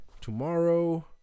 tomorrow